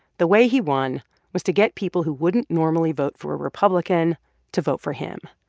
the way he won was to get people who wouldn't normally vote for a republican to vote for him.